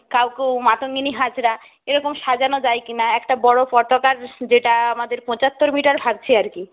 কাউকে মাতঙ্গিনী হাজরা এরকম সাজানো যায় কি না একটা বড়ো পতাকার যেটা আমাদের পঁচাত্তর মিটার ভাবছি আর কি